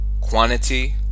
Quantity